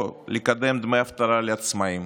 או לקדם דמי אבטלה לעצמאים,